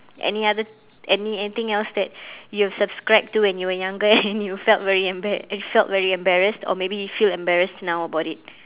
any other any anything else that you have subscribed to when you were younger and you felt very emba~ felt very embarrassed or maybe you feel very embarrassed now about it